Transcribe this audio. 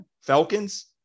Falcons